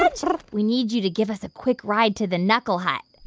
but we need you to give us a quick ride to the knuckle hut